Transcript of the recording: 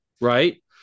Right